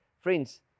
Friends